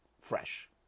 fresh